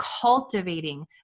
cultivating